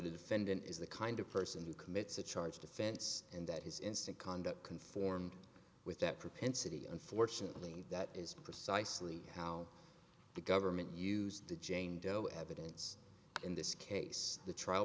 defendant is the kind of person who commits a charged offense and that his instant conduct conformed with that propensity unfortunately that is precisely how the government used the jane doe evidence in this case the trial